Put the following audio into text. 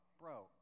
bro